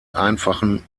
einfachen